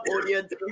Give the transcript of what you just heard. audience